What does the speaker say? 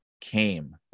came